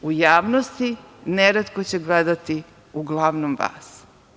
U javnosti, neretko će gledati, uglavnom vas.